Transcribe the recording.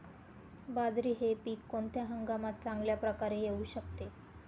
बाजरी हे पीक कोणत्या हंगामात चांगल्या प्रकारे येऊ शकते?